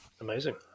Amazing